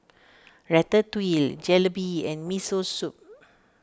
Ratatouille Jalebi and Miso Soup